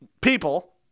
people